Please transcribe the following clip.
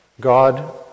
God